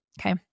okay